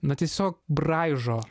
na tiesiog braižo